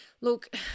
Look